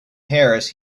harris